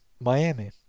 Miami